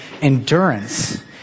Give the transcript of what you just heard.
endurance